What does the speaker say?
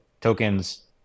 tokens